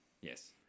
Yes